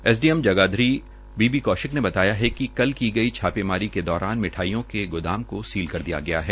S D M Jagadhri B B Kaushik ने बताया कि कल की गई छापेमारी के दौरान मिठाईयों के गोदाम को सील कर दिया गया है